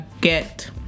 get